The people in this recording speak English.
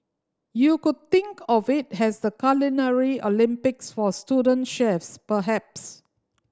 you could think of it has the Culinary Olympics for student chefs perhaps